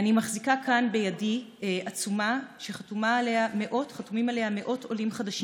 אני מחזיקה כאן בידי עצומה שחתומים עליה מאות עולים חדשים וותיקים,